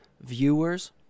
Viewers